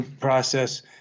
process